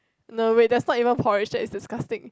no wait that's not even porridge that's disgusting